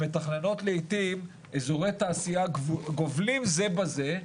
שמתכננות לעתים איזורי תעשייה גובלים זה בזה,